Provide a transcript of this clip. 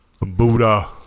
Buddha